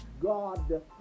God